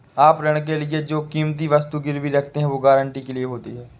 आप ऋण के लिए जो कीमती वस्तु गिरवी रखते हैं, वो गारंटी के लिए होती है